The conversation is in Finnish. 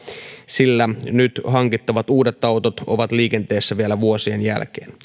sillä nyt hankittavat uudet autot ovat liikenteessä vielä vuosien jälkeen